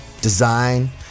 design